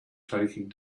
taking